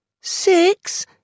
six